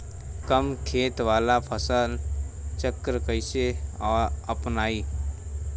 कम खेत वाला फसल चक्र कइसे अपनाइल?